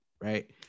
right